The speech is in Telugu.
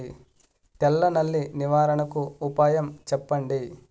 తెల్ల నల్లి నివారణకు ఉపాయం చెప్పండి?